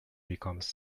becomes